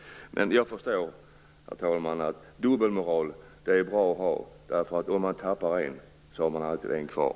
Men jag förstår, herr talman, att dubbelmoral är bra att ha, därför att om man tappar en har man alltid en kvar.